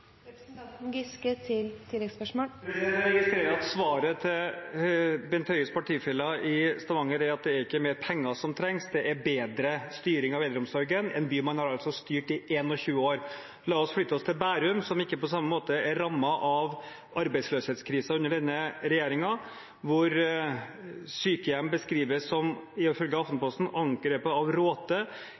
Jeg registrerer at svaret til Bent Høies partifeller i Stavanger er at det ikke er mer penger som trengs, det er bedre styring av eldreomsorgen – i en by man altså har styrt i 21 år. La oss flytte oss til Bærum, som ikke på samme måte er rammet av arbeidsløshetskrisen under denne regjeringen, hvor sykehjem ifølge Aftenposten beskrives slik: «angrepet av råte»,